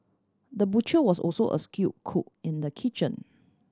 the butcher was also a skill cook in the kitchen